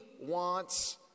wants